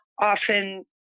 often